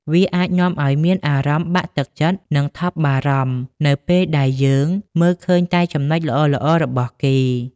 វាអាចនាំឲ្យមានអារម្មណ៍បាក់ទឹកចិត្ត និងថប់បារម្ភ នៅពេលដែលយើងមើលឃើញតែចំណុចល្អៗរបស់គេ ។